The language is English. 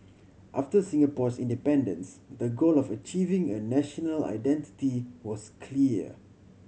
after Singapore's independence the goal of achieving a national identity was clear